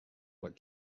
what